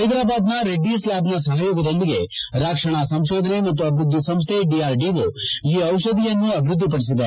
ಹೈದರಾಬಾದ್ನ ರೆಡ್ಡೀಸ್ ಲ್ಲಾಬ್ನ ಸಹಯೋಗದೊಂದಿಗೆ ರಕ್ಷಣಾ ಸಂಕೋಧನೆ ಮತ್ತು ಅಭಿವ್ನದ್ದಿ ಸಂಸ್ಹೆ ಡಿಆರ್ಡಿಒ ಈ ದಿಷಧಿಯನ್ನು ಅಭಿವೃದ್ಧಿಪಡಿಸಿದೆ